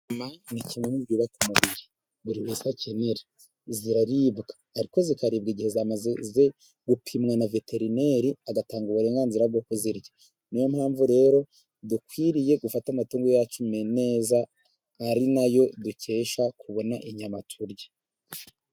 Inyama ni kimwe mu byubaka umubiri buri buri wese akenera, ziraribwa ariko zikaribwa igihe zamaze gupimwa na veterineri, agatanga uburenganzira bwo kuzirya, ni yo mpamvu rero dukwiriye gufata amatungo yacu neza, ari na yo dukesha kubona inyama turya.